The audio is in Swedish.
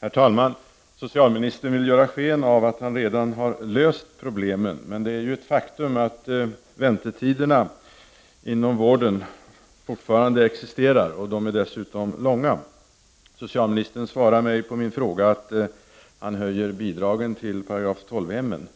Herr talman! Socialministern vill ge sken av att han redan har löst problemen. Det är ett faktum att väntetiderna inom vården fortfarande existerar och dessutom är långa. Socialministern svarade mig på min fråga att han höjer bidragen till § 12-hemmen.